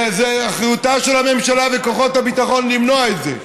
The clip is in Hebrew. ובאחריותה של הממשלה וכוחות הביטחון למנוע את זה.